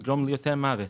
גורמים ליותר מוות?